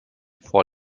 vor